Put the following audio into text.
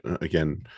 again